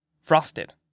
frosted